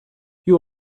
you